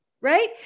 right